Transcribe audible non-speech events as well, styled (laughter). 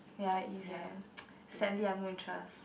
ya it is eh (noise) sadly I have no interest